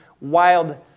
wild